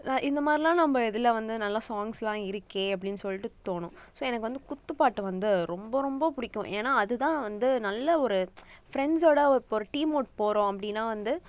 இந்த மாரிலாம் நம்ம இதில் வந்து நல்லா சாங்ஸ்லாம் இருக்கு அப்டின்னு சொல்லிட்டு தோணும் ஸோ எனக்கு வந்து குத்து பாட்டு வந்து ரொம்ப ரொம்ப பிடிக்கும் ஏன்னா அது தான் வந்து நல்ல ஒரு ஃப்ரெண்ட்ஸோடு இப்போ ஒரு டீம் அவுட் போகிறோம் அப்படின்னா வந்து